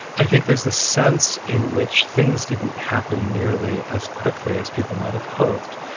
i think there is the sense in which things didn't happen nearly as quickly as people might have hoped,